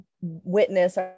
witness